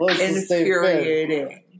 infuriating